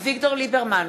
אביגדור ליברמן,